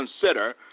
consider